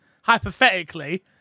hypothetically